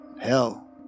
Hell